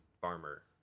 farmer